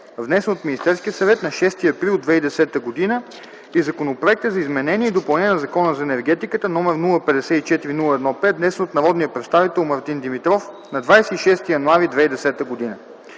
внесен от Министерския съвет на 6 април 2010 г. и Законопроекта за изменение и допълнение на Закона за енергетиката, № 054-01-5, внесен от народния представител Мартин Димитров на 26 януари 2010 г.